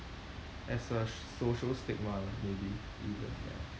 as a social stigma lah maybe